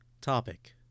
Topic